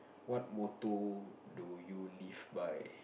what motto do you live by